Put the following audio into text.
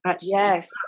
yes